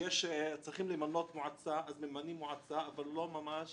כשצריכים למנות מועצה, אז ממנים מועצה אבל לא ממש